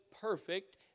perfect